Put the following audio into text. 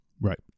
Right